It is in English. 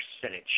percentage